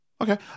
Okay